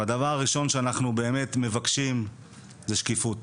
הדבר הראשון שאנחנו מבקשים הוא שקיפות,